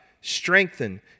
strengthen